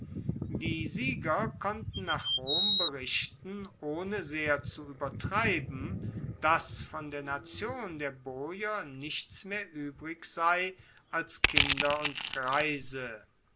die sieger konnten nach rom berichten ohne sehr zu uebertreiben dass von der nation der boier nichts mehr uebrig sei als kinder und greise